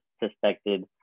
suspected